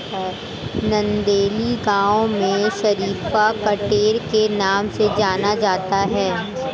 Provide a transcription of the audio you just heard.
नंदेली गांव में शरीफा कठेर के नाम से जाना जाता है